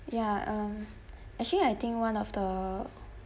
ya uh actually I think one of the